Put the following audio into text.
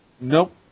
Nope